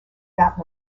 that